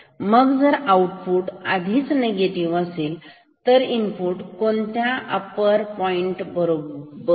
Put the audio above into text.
मग जर आउटपुट आधीच निगेटिव्ह असेल तर इनपुट कोणत्या अप्पर पॉईंट बरोबर तुलना करावी